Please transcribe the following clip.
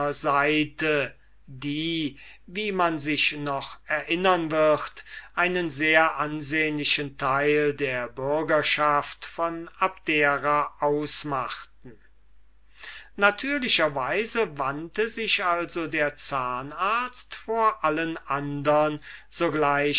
seite die wie man sich noch erinnern wird einen sehr ansehnlichen teil der bürgerschaft von abdera ausmachten natürlicherweise wandte sich also der zahnarzt vor allen andern